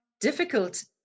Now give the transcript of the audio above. difficult